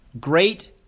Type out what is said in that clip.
Great